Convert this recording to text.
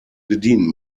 bedienen